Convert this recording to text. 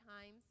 times